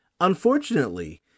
Unfortunately